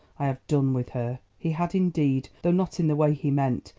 i have done with her. he had indeed, though not in the way he meant.